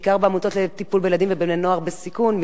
בעיקר בעמותות לטיפול בילדים ובבני-נוער בסיכון,